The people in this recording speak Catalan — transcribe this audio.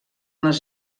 les